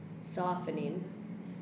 softening